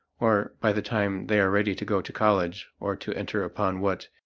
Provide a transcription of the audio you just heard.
or by the time they are ready to go to college or to enter upon what,